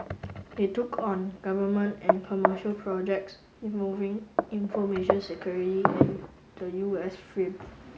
they took on government and commercial projects involving information security at the U S film